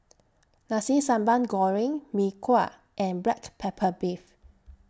Nasi Sambal Goreng Mee Kuah and Black Pepper Beef